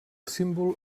símbol